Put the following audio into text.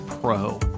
Pro